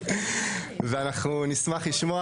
ואנחנו נשמח לשמוע